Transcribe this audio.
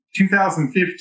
2015